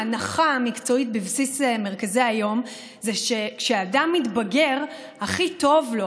ההנחה המקצועית בבסיס מרכזי היום היא שכשאדם מתבגר הכי טוב לו,